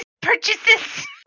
purchases